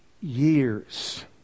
years